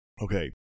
Okay